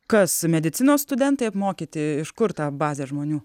kas medicinos studentai apmokyti iš kur ta bazė žmonių